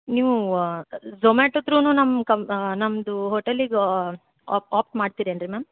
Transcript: ನೀವು ಝೊಮ್ಯಾಟೊ ತ್ರೂನೂ ನಮ್ಮ ಕಮ್ ನಮ್ಮದು ಹೋಟೆಲಿಗೆ ಆಪ್ ಆಪ್ ಮಾಡ್ತಿರೇನು ರೀ ಮ್ಯಾಮ್